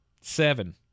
Seven